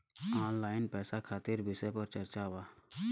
Online पैसा खातिर विषय पर चर्चा वा?